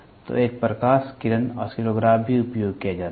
तो एक प्रकाश किरण ऑसिलोग्राफ भी उपयोग किया जाता है